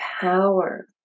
power